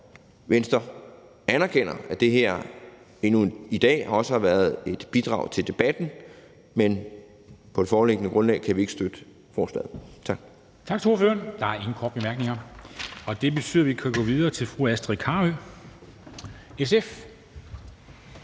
Venstre anerkender, at det her i dag jo også har været et bidrag til debatten, men på det foreliggende grundlag kan vi ikke støtte forslaget. Tak.